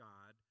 God